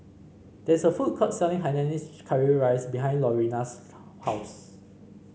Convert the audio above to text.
there is a food court selling Hainanese Curry Rice behind Lurena's house